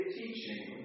teaching